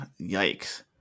Yikes